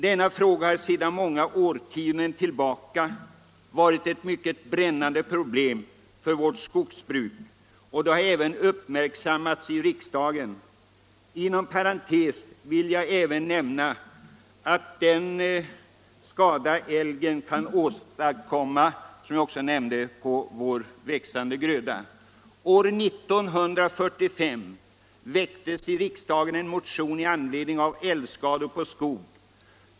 Det är en fråga som sedan årtionden har varit mycket brännande för vårt skogsbruk, och den har också uppmärksammats här i riksdagen. År 1945 väcktes sålunda en motion i anledning av älgskador på skog.